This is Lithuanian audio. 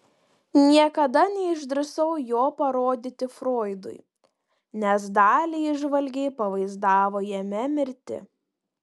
niekada neišdrįsau jo parodyti froidui nes dali įžvalgiai pavaizdavo jame mirtį